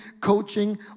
coaching